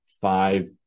five